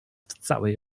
całej